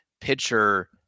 pitcher